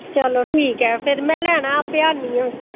चलो ठीक ऐ फिर में लैना ऐ में आपे आह्न्नी आं